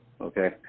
okay